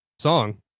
song